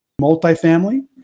multifamily